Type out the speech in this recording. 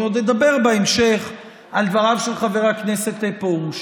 אני עוד אדבר בהמשך על דבריו של חבר הכנסת פרוש.